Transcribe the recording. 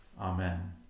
Amen